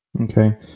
Okay